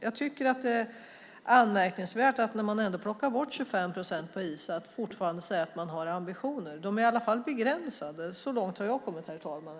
Jag tycker att det är anmärkningsvärt att man när man ändå plockar bort 25 procent på Isa fortfarande säger att man har ambitioner. De är i alla fall begränsade. Så långt har jag kommit, herr talman.